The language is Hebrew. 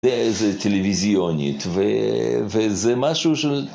זה טלוויזיונית, וזה משהו של...